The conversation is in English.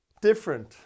different